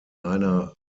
einer